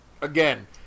again